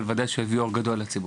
אבל ודאי שהוא יביא אור גדול לציבור.